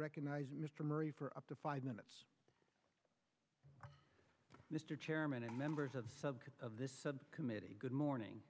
recognize mr murray for up to five minutes mr chairman and members of sub of this subcommittee good morning